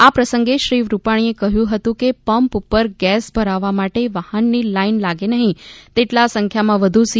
આ પ્રસંગે શ્રી રૂપાણીએ કહ્યું હતું કે પંપ ઉપર ગેસ ભરાવવા માટે વાહનની લાઈન લાગે નહીં તેટલી સંખ્યામાં વધુ સી